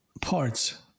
parts